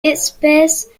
espèce